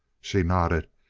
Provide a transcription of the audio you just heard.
she nodded,